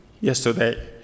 yesterday